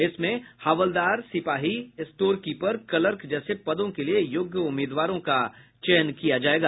इसमें हवलदार सिपाही स्टोरकीपर क्लर्क जैसे पदों के लिए योग्य उम्मीदवारों का चयन किया जाएगा